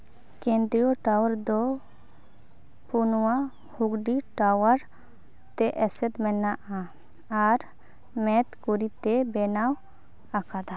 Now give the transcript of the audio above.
ᱠᱮᱱᱫᱨᱤᱭᱚ tower ᱫᱚ ᱯᱨᱳᱱᱚᱣᱟ ᱦᱩᱜᱽᱞᱤ ᱴᱟᱣᱟᱨ ᱛᱮ ᱮᱥᱮᱫ ᱢᱮᱱᱟᱜᱼᱟ ᱟᱨ ᱢᱮᱫ ᱜᱩᱨᱤᱛᱮ ᱵᱮᱱᱟᱣ ᱟᱠᱟᱫᱟ